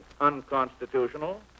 unconstitutional